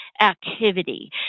activity